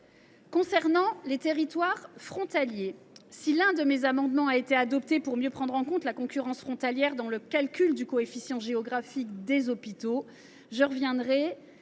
question des territoires frontaliers. Si l’un de mes amendements tendant à mieux prendre en compte la concurrence frontalière dans le calcul du coefficient géographique des hôpitaux a